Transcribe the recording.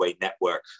network